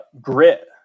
grit